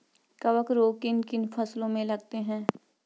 कवक रोग किन किन फसलों में लगते हैं?